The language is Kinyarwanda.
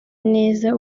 neza